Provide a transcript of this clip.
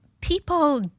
people